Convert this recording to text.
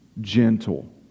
gentle